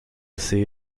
ses